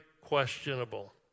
questionable